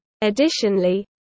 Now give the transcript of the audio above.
Additionally